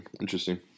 Interesting